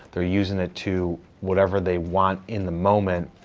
they're using it to whatever they want in the moment,